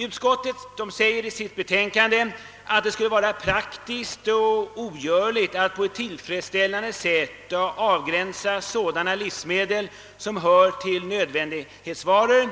Utskottet säger i sitt betänkande att det skulle vara praktiskt omöjligt att på ett tillfredsställande sätt avgränsa sådana livsmedel som är nödvändighetsvaror,